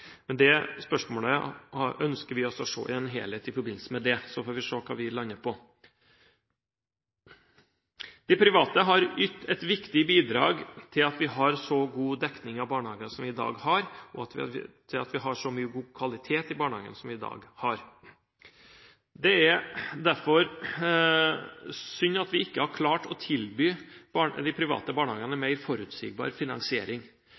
Men det spørsmålet ønsker vi å se i en helhet i forbindelse med det, og så får vi se hva vi lander på. De private har ytt et viktig bidrag til at vi har så god dekning av barnehager som vi har i dag, og til at vi har så mye god kvalitet i barnehagene som vi har i dag. Det er derfor synd at vi ikke har klart å tilby de private barnehagene en mer forutsigbar finansiering.